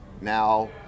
now